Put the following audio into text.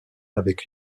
avec